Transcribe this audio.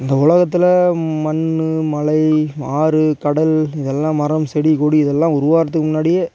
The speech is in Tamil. இந்த உலகத்தில் மண்ணு மலை ஆறு கடல் இது எல்லாம் மரம் செடி கொடி இதெல்லாம் உருவாகிறதுக்கு முன்னாடியே